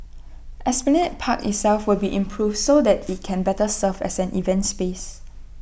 esplanade park itself will be improved so that IT can better serve as an event space